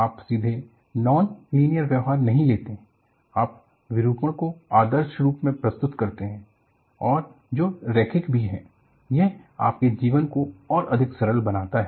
आप सीधे non linear व्यवहार नहीं लेते हैं आप विरूपण को आदर्श रूप में प्रस्तुत करते हैं और जो रैखिक भी है यह आपके जीवन को और अधिक सरल बनाता है